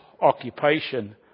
occupation